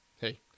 hey